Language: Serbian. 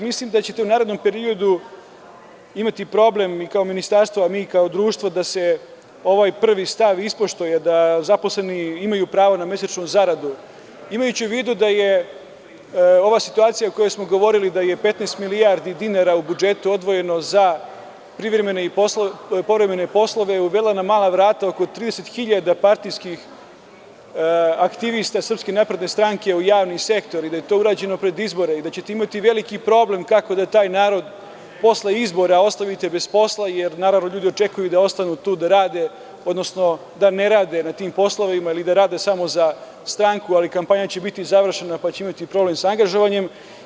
Mislim da ćete u narednom periodu imati problem vi kao ministarstvo, a mi kao društvo da se ovaj prvi stav ispoštuje da zaposleni imaju pravo na mesečnu zaradu, imajući u vidu da je ova situacija o kojoj smo govorili da je 15 milijardi dinara u budžetu odvojeno za privremene i povremene poslove uvela na mala vrata oko 30.000 partijskih aktivista SNS u javni sektor i da je to urađeno pred izbore i da ćete imati veliki problem kako taj narod posle izbora ostavite bez posla, jer naravno ljudi očekuju da ostanu tu da rade, odnosno da ne rade na tim poslovima ili da rade samo za stranku, ali kampanja će biti završena pa će imati problem sa angažovanjem.